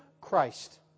Christ